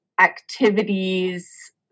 activities